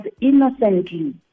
innocently